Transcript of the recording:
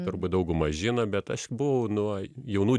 turbūt dauguma žino bet aš buvau nuo jaunų